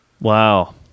Wow